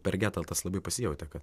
per getą tas labai pasijautė kad